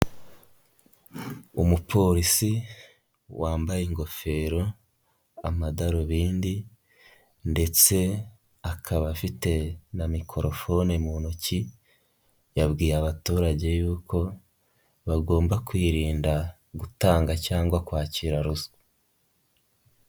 Umupolisi wambaye ingofero, amadarubindi ndetse akaba afite na mikorofone mu ntoki, yabwiye abaturage yuko bagomba kwirinda gutanga cyangwa kwakira ruswa.